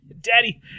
Daddy